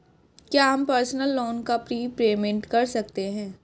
क्या हम personal loan का प्रीपेमेंट कर सकते हैं?